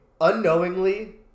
unknowingly